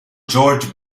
george